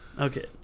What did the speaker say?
Okay